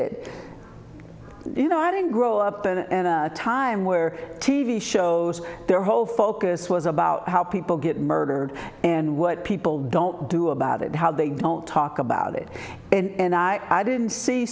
it you know i didn't grow up in a time where t v shows their whole focus was about how people get murdered and what people don't do about it how they don't talk about it and i i didn't see